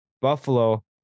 Buffalo